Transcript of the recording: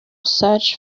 search